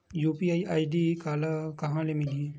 UPI ID कहां ले मिलही?